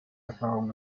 erfahrung